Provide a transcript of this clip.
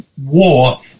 war